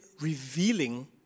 revealing